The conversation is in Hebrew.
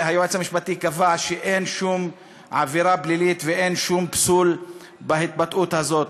והיועץ המשפטי קבע שאין שום עבירה פלילית ואין שום פסול בהתבטאות הזאת.